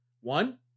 One